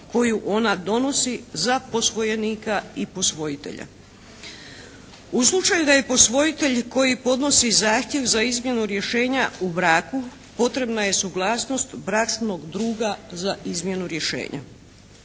koju ona donosi za posvojenika i posvojitelja. U slučaju da je posvojitelj koji podnosi zahtjev za izmjenu rješenja u braku, potrebna je suglasnost bračnog druga za izmjenu rješenja.